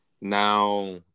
now